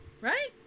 Right